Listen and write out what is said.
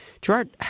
Gerard